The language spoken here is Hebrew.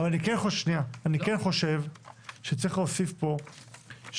אני כן חושב שצריך להוסיף פה שכשנוגעים